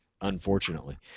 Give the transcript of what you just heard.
unfortunately